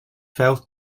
felt